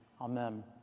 Amen